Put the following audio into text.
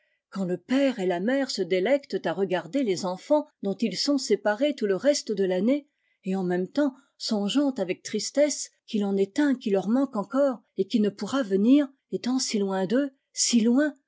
quand le père et la mère se délectent à regarder les enfants dont ils sont séparés tout le reste de l'année et en même temps songent avec tristesse qu'il en est un qui leur manque encore et qui ne pourra venir étant si loin d'eux si loin